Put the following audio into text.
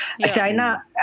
China